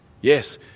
Yes